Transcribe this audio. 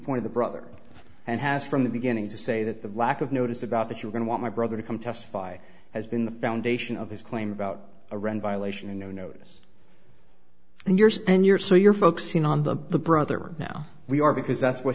point the brother and has from the beginning to say that the lack of notice about that you're going to want my brother to come testify has been the foundation of his claim about a run violation and no notice and yours and you're so you're focusing on the brother now we are because that's what